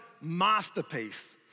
masterpiece